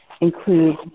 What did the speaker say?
include